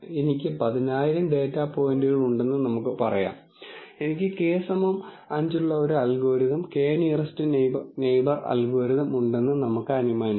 എനിക്ക് 10000 ഡാറ്റാ പോയിന്റുകൾ ഉണ്ടെന്ന് നമുക്ക് പറയാം എനിക്ക് K 5 ഉള്ള ഒരു algorithm k nearest neighbour algorithm ഉണ്ടെന്ന് നമുക്ക് അനുമാനിക്കാം